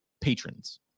patrons